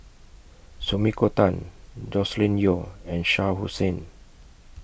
Sumiko Tan Joscelin Yeo and Shah Hussain